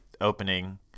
opening